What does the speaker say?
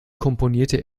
komponierte